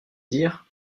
dire